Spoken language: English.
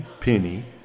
penny